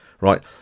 right